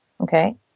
Okay